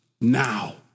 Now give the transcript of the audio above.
now